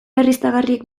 berriztagarriek